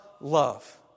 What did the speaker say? love